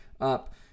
up